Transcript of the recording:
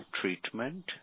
treatment